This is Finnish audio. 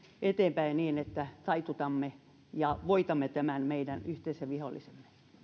eteenpäin niin että taitamme ja voitamme tämän meidän yhteisen vihollisemme